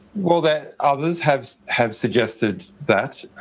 well that others have have suggested that.